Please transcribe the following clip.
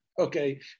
Okay